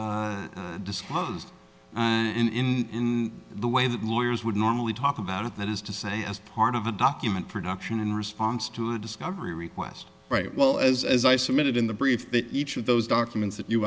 disclosed in the way that lawyers would normally talk about it that is to say as part of a document production in response to a discovery request right well as as i submitted in the brief that each of those documents that you